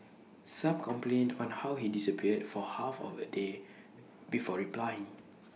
some complained on how he disappeared for half of A day before replying